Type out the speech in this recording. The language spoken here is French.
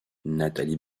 nathalie